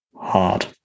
hard